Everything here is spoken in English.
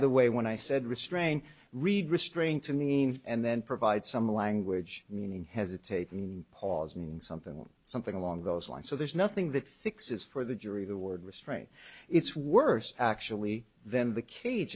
the way when i said restrain read restraint to mean and then provide some language meaning hesitate in pausing something something along those lines so there's nothing that fixes for the jury the word restraint it's worse actually then the cage